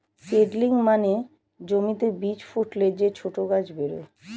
seedling মানে জমিতে বীজ ফুটলে যে ছোট গাছ বেরোয়